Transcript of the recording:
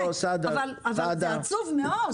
אבל זה עצוב מאוד.